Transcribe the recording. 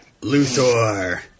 Luthor